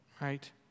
right